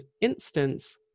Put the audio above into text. instance